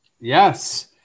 Yes